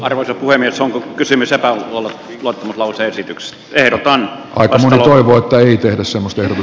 arvoisa puhemies onko kysymys joka on ottanut lauluesityksen verran aikaisemmin hotelli ja asumusten l